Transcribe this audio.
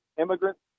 immigrants